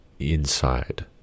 inside